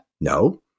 No